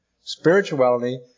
Spirituality